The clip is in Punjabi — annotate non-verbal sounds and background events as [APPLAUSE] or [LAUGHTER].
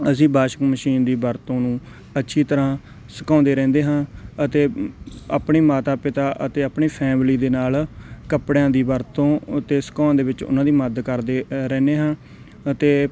ਅਸੀਂ ਵਾਸ਼ਿੰਗ ਮਸ਼ੀਨ ਦੀ ਵਰਤੋਂ ਨੂੰ ਅੱਛੀ ਤਰ੍ਹਾਂ ਸੁਕਾਉਂਦੇ ਰਹਿੰਦੇ ਹਾਂ ਅਤੇ [UNINTELLIGIBLE] ਆਪਣੀ ਮਾਤਾ ਪਿਤਾ ਅਤੇ ਆਪਣੀ ਫੈਮਲੀ ਦੇ ਨਾਲ ਕੱਪੜਿਆਂ ਦੀ ਵਰਤੋਂ ਉਤੇ ਸੁਕਾਉਣ ਦੇ ਵਿੱਚ ਉਹਨਾਂ ਦੀ ਮਦਦ ਕਰਦੇ ਅ ਰਹਿਦੇ ਹਾਂ ਅਤੇ